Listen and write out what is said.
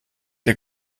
der